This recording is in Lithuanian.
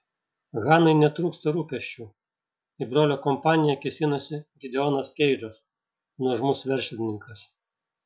hanai netrūksta rūpesčių į brolio kompaniją kėsinasi gideonas keidžas nuožmus verslininkas